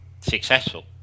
successful